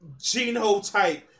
genotype